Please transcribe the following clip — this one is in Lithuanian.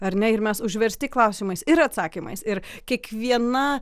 ar ne ir mes užversti klausimais ir atsakymais ir kiekviena